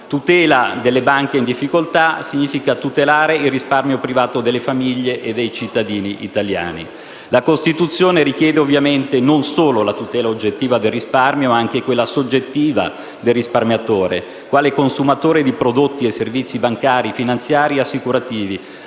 Tutela delle banche in difficoltà significa tutela del risparmio privato delle famiglie e dei cittadini italiani. La Costituzione richiede, ovviamente, non solo la tutela oggettiva del risparmio, ma anche quella soggettiva del risparmiatore, quale consumatore di prodotti e servizi bancari, finanziari e assicurativi,